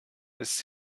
ist